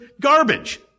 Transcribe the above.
garbage